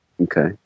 okay